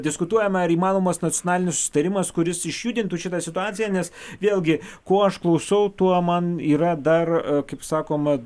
diskutuojama ar įmanomas nacionalinis susitarimas kuris išjudintų šitą situaciją nes vėlgi kuo aš klausau tuo man yra dar kaip sakoma